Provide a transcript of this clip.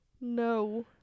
No